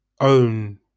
own